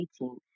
18